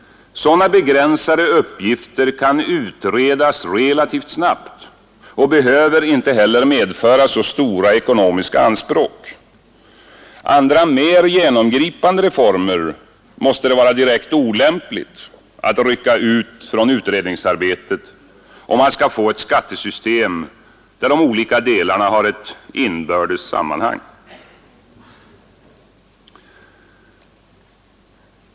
Sådana begränsade uppgifter kan utredas relativt snabbt och behöver inte heller medföra så stora ekonomiska anspråk. Andra mer genomgripande reformer måste det vara direkt olämpligt att rycka ut från utredningsarbetet, om man skall få ett skattesystem där de olika delarna har ett inbördes sammanhang.